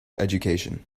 education